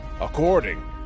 according